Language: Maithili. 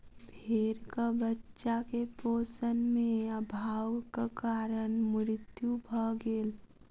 भेड़क बच्चा के पोषण में अभावक कारण मृत्यु भ गेल